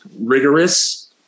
rigorous